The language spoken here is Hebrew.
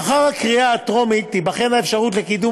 לאחר הקריאה הטרומית תיבחן האפשרות לקידום